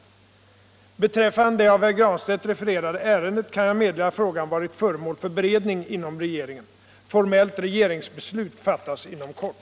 Beträffande det av herr Granstedt refererade ärendet kan jag meddela att frågan varit föremål för beredning inom regeringen. Formellt regeringsbeslut fattas inom kort.